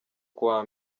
kuwa